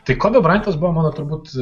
tai kobi braintas buvo mano turbūt